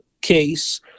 case